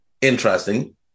Interesting